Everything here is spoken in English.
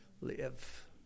Live